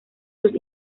sus